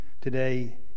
today